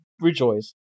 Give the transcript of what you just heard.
Rejoice